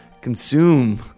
Consume